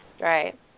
Right